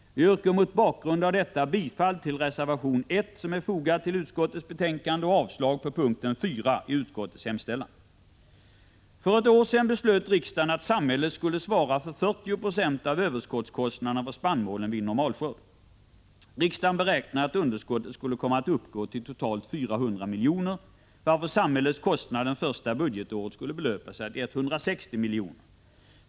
Jag yrkar mot bakgrund av detta bifall till reservation 1 som är fogad till utskottets betänkande och avslag på punkten 4 i utskottets hemställan. För ett år sedan beslöt riksdagen att samhället skulle svara för 40 90 av överskottskostnaderna för spannmålen vid normalskörd. Riksdagen beräknade att underskottet skulle uppgå till totalt 400 milj.kr., varför samhällets kostnader det första budgetåret skulle belöpa sig till 160 milj.kr.